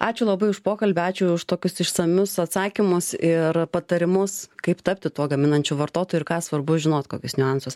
ačiū labai už pokalbį ačiū už tokius išsamius atsakymus ir patarimus kaip tapti tuo gaminančiu vartotoju ir ką svarbu žinot kokius niuansus